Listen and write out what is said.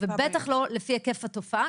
ובטח לא לפי היקף התופעה,